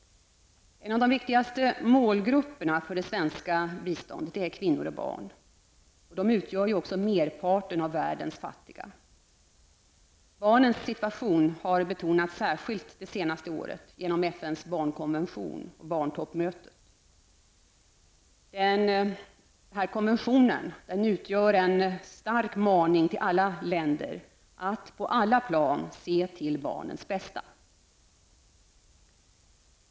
En av de viktigaste målgrupperna för det svenska biståndet är kvinnor och barn. De utgör merparten av världens fattiga. Barnens situation har betonats särskilt det senaste året genom FNs barnkonvention och barntoppmötet. Konventionen utgör en stark maning till alla länder att på alla plan se till barnets bästa.